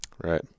Right